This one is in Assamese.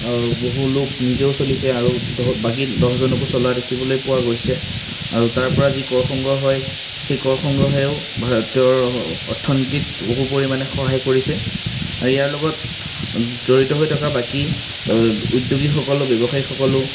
বহু লোক নিজেও চলিছে আৰু দহ বাকী দহজনকো চলোৱা দেখিবলৈ পোৱা গৈছে আৰু তাৰপৰা যি কৰ সংগ্ৰহ হয় সেই কৰ সংগ্ৰহেও ভাৰতৰ অৰ্থনীতিত বহু পৰিমাণে সহায় কৰিছে আৰু ইয়াৰ লগত জড়িত হৈ থকা বাকী উদ্য়োগীসকলো ব্যৱসায়ীসকলো